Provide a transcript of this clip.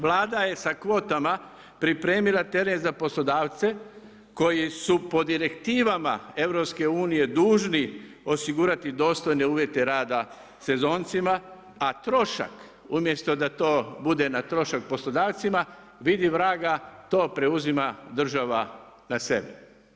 Vlada je sa kvotama pripremila teren za poslodavce koji su po direktivama EU-a dužni osigurati dostojne uvjete rada sezoncima a trošak umjesto da to bude na trošak poslodavcima, vidi vraga, to preuzima država na sebe.